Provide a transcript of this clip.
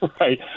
Right